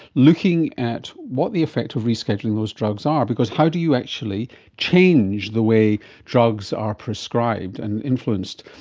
looking at what the effect of rescheduling those drugs are, because how do you actually change the way drugs are prescribed and influenced,